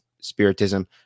Spiritism